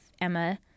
Emma